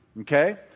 Okay